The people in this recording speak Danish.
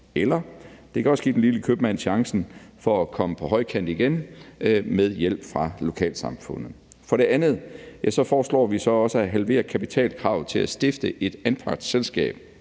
Det kan også give den lille købmand chancen for at komme på højkant igen med hjælp fra lokalsamfundet. For det andet foreslår vi så også at halvere kapitalkravet til at stifte et anpartsselskab.